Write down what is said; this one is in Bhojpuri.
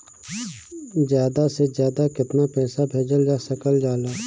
ज्यादा से ज्यादा केताना पैसा भेजल जा सकल जाला?